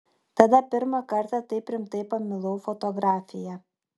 tada pirmą kartą taip rimtai pamilau fotografiją